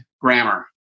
grammar